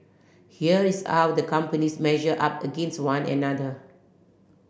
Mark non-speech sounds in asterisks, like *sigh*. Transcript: here is *unintelligible* the companies measure up against one another